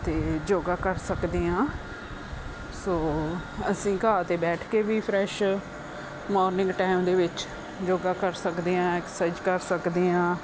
ਅਤੇ ਯੋਗਾ ਕਰ ਸਕਦੇ ਹਾਂ ਸੋ ਅਸੀਂ ਘਾਹ 'ਤੇ ਬੈਠ ਕੇ ਵੀ ਫਰੈਸ਼ ਮਾਰਨਿੰਗ ਟਾਈਮ ਦੇ ਵਿੱਚ ਯੋਗਾ ਕਰ ਸਕਦੇ ਹਾਂ ਐਕਸਰਸਾਈਜ਼ ਕਰ ਸਕਦੇ ਹਾਂ